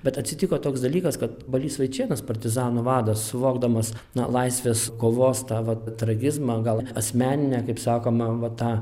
bet atsitiko toks dalykas kad balys vaičėnas partizanų vadas suvokdamas na laisvės kovos tą vat tragizmą gal asmeninę kaip sakoma vat tą